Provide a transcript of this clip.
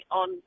on